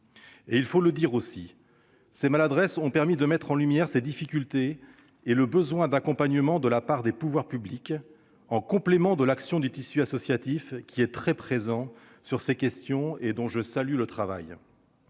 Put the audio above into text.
enfant ? Au reste, ces maladresses ont permis de mettre en lumière les difficultés et le besoin d'accompagnement de la part des pouvoirs publics, en complément de l'action du tissu associatif, qui est très présent sur ces questions et dont je salue le travail.